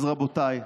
אז רבותיי,